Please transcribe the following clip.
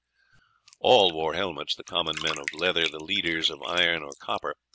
all wore helmets, the common men of leather, the leaders of iron or copper,